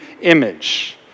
image